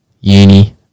uni